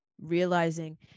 realizing